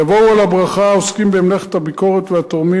יבואו על הברכה העוסקים במלאכת הביקורת והתורמים